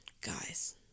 guys